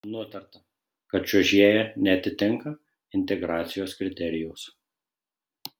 nutarta kad čiuožėja neatitinka integracijos kriterijaus